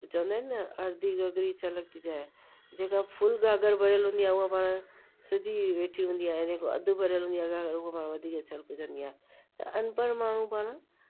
चवंदा आहिनि न अर्धी घघिरी छलकती जाए जेका फुल घाघर भरियलु हूंदी आहे उहा पाण सिधी वेठी हूंदी आहे जेको अधु भरियल हूंदी आहे घाघर उहा वधीक छलकजंदी आहे त अनपढ़ माण्हू